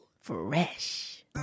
Fresh